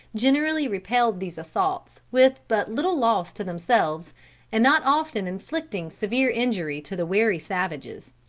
generally repelled these assaults with but little loss to themselves and not often inflicting severe injury to the wary savages.